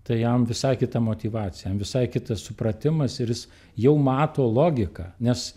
tai jam visai kita motyvacija jam visai kitas supratimas ir jis jau mato logiką nes